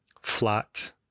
flat